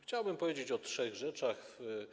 Chciałbym powiedzieć o trzech rzeczach.